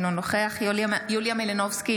אינו נוכח יוליה מלינובסקי,